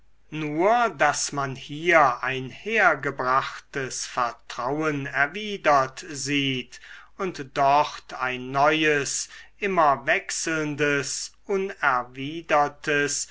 nur daß man hier ein hergebrachtes vertrauen erwidert sieht und dort ein neues immer wechselnder unerwidertes